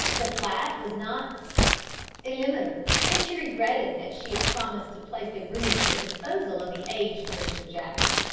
the flat was not illimitable, and she regretted that she had promised to place a room at the disposal of the aged mr. jaggs.